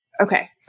Okay